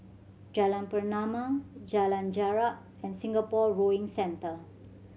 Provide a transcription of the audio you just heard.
Jalan Pernama Jalan Jarak and Singapore Rowing Centre